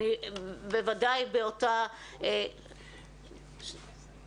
ובוודאי את הניסיון הזה צריך יהיה להביא